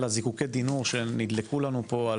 אלא זיקוקי דינור שנדלקו לנו פה.